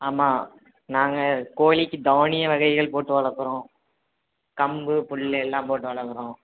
ஆமாம் நாங்கள் கோழிக்கு தானிய வகைகள் போட்டு வளர்க்குறோம் கம்பு புல் எல்லாம் போட்டு வளர்க்குறோம்